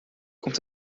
komt